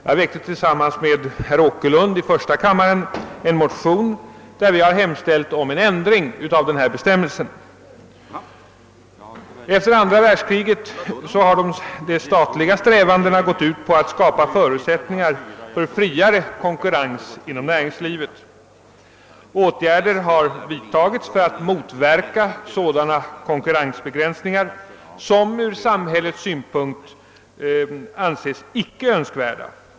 Jag har tillsammans med herr Åkerlund i första kammaren väckt en motion där vi hemställer om en ändring av denna bestämmelse. Efter andra världskriget har de statliga strävandena gått ut på att skapa förutsättningar för friare konkurrens inom näringslivet. Åtgärder har vidtagits för att motverka sådana konkurrensbegränsningar som ur samhällets synpunkt anses icke önskvärda.